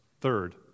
Third